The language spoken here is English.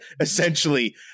essentially